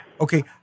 Okay